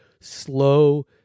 slow